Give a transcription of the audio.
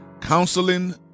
Counseling